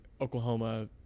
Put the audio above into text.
Oklahoma